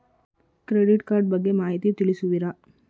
Credit card ಬಗ್ಗೆ ಮಾಹಿತಿ ತಿಳಿಸುವಿರಾ?